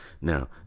Now